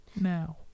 now